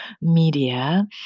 media